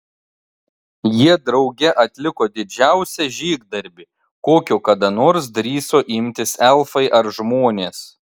jie drauge atliko didžiausią žygdarbį kokio kada nors drįso imtis elfai ar žmonės